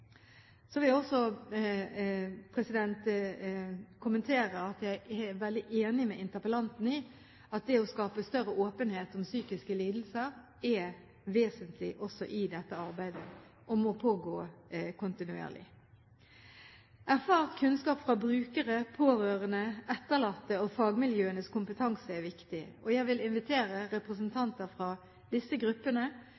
vil også kommentere at jeg er veldig enig med interpellanten i at det å skape større åpenhet om psykiske lidelser er vesentlig også i dette arbeidet og må pågå kontinuerlig. Erfart kunnskap fra brukere, pårørende, etterlatte og fagmiljøenes kompetanse er viktig. Jeg vil invitere